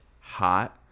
hot